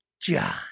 John